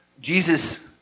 Jesus